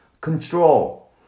control